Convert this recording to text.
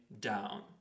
down